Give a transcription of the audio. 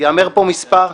ייאמר פה מספר,